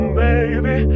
baby